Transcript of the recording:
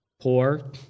poor